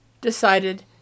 decided